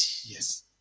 Yes